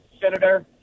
senator